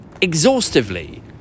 exhaustively